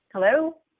Hello